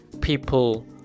people